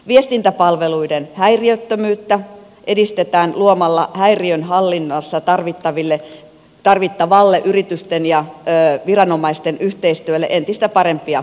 viestintäpalveluiden häiriöttömyyttä edistetään luomalla häiriön hallinnassa tarvittavalle yritysten ja viranomaisten yhteistyölle entistä parempia edellytyksiä